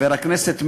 חבר הכנסת מרגי: